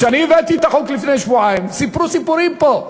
כשאני הבאתי את החוק לפני שבועיים סיפרו סיפורים פה,